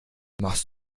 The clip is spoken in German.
machst